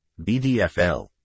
bdfl